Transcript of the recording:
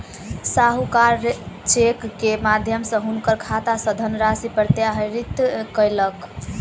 साहूकार चेक के माध्यम सॅ हुनकर खाता सॅ धनराशि प्रत्याहृत कयलक